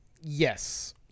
Yes